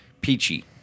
peachy